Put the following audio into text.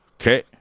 Okay